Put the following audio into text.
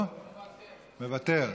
מוותר.